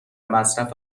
مصرف